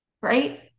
Right